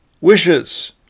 wishes